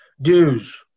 Dues